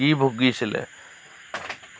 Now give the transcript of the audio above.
কি ভুগিছিলে